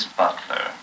butler